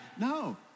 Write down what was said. No